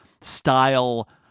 style